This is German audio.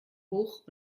hoch